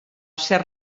ser